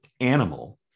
animal